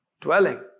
dwelling